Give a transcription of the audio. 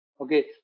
Okay